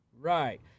Right